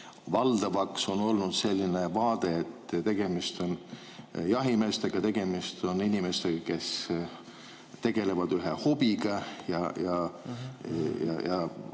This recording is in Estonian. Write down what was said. valdav olnud selline vaade, et tegemist on jahimeestega, tegemist on inimestega, kes tegelevad ühe hobiga, ja